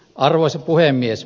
arvoisa puhemies